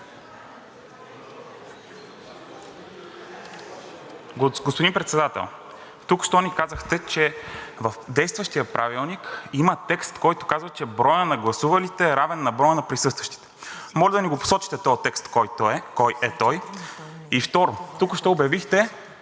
Господин Председател, току-що ни казахте, че в действащия правилник има текст, който казва, че броят на гласувалите е равен на броя на присъстващите. Моля да ни посочите този текст – кой е той. Второ, току-що обявихте,